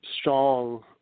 strong